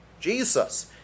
Jesus